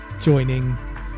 joining